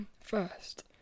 first